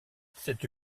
cette